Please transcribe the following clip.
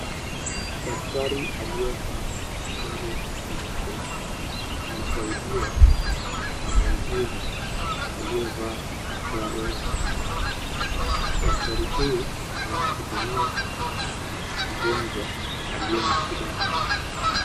Daktari aliyevaa sare nyeupe anasaidiwa na muuguzi aliyevaa sare ya samawati, daktari huyu anamhudumia mgonjwa aliye na shida ya meno.